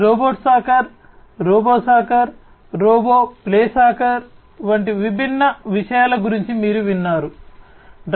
robot soccer robo soccer robo play soccer వంటి విభిన్న విషయాల గురించి మీరు విన్నాను